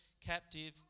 captive